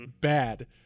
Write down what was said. bad